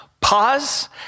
pause